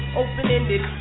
open-ended